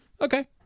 okay